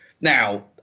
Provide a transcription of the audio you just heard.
Now